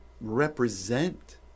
represent